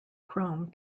chrome